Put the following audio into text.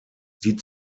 die